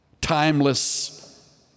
timeless